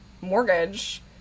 mortgage